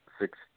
six